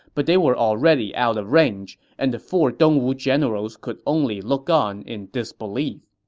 but they were already out of range, and the four dongwu generals could only look on in disbelief